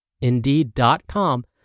Indeed.com